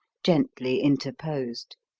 gently interposed.